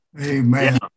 Amen